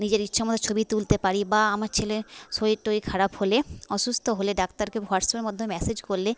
নিজের ইচ্ছে মতো ছবি তুলতে পারি বা আমার ছেলের শরীর টরীর খারাপ হলে অসুস্থ হলে ডাক্তারকে হোয়াটসঅ্যাপের মধ্যমে মেসেজ করলে